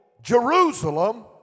Jerusalem